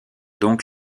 donc